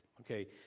Okay